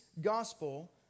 gospel